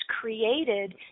created